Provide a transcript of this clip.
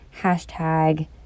hashtag